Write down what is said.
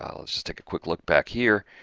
um let's just take a quick look back here.